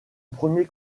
premier